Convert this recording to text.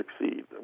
succeed